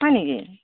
হয় নেকি